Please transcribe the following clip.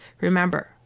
remember